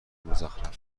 مزخرف